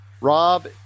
Rob